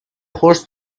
horse